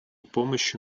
помощи